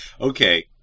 Okay